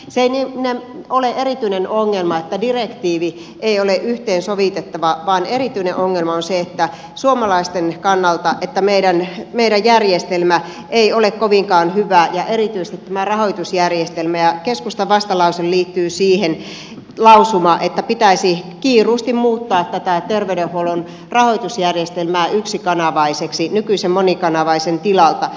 se ei ole erityinen ongelma että direktiivi ei ole yhteensovitettava vaan erityinen ongelma on suomalaisten kannalta se että meidän järjestelmä ei ole kovinkaan hyvä ja erityisesti tämä rahoitusjärjestelmä ja keskustan vastalause ja lausuma liittyvät siihen että pitäisi kiiruusti muuttaa tätä terveydenhuollon rahoitusjärjestelmää yksikanavaiseksi nykyisen monikanavaisen tilalta